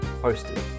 hosted